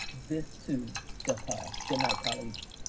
this too shall pass. goodnight, colleagues.